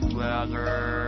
weather